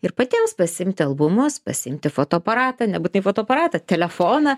ir patiems pasiimti albumus pasiimti fotoaparatą nebūtinai fotoaparatą telefoną